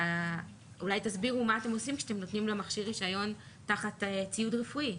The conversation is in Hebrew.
אולי תסבירו מה אתם עושים כשאתם נותנים למכשיר רישיון תחת ציוד רפואי.